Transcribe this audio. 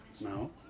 No